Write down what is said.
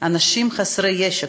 לאנשים חסרי ישע.